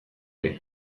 ere